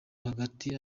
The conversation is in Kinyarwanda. hagati